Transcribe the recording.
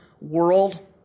world